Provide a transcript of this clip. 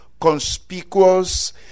conspicuous